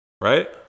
right